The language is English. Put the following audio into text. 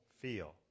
feel